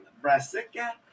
brassica